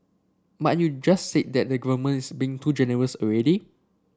but you just said that the government is being too generous already